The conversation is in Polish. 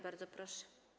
Bardzo proszę.